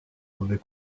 mauvais